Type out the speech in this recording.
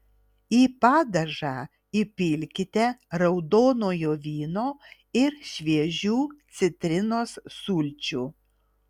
į padažą įpilkite raudonojo vyno ir šviežių citrinos sulčių